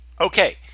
okay